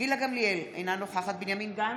גילה גמליאל, אינה נוכחת בנימין גנץ,